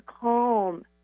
calm